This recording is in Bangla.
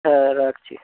হ্যাঁ রাখছি